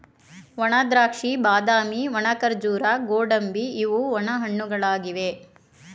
ಒಣದ್ರಾಕ್ಷಿ, ಬಾದಾಮಿ, ಒಣ ಖರ್ಜೂರ, ಗೋಡಂಬಿ ಇವು ಒಣ ಹಣ್ಣುಗಳಾಗಿವೆ